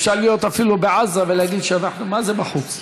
אפשר להיות אפילו בעזה ולהגיד, מה זה "בחוץ"?